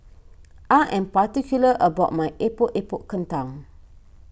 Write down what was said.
I am particular about my Epok Epok Kentang